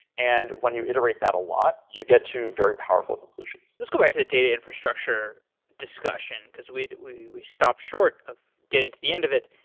and when you iterate that a lot, you get to very powerful conclusions let's go back to the data infrastructure discussion, because we we stop short of getting to the end of it.